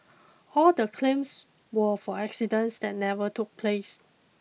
all the claims were for accidents that never took place